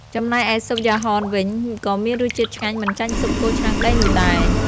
ចំំណែកឯស៊ុបយ៉ាហនវិញក៏មានរសជាតិឆ្ងាញ់មិនចាញ់ស៊ុបគោឆ្នាំងដីនោះដែរ។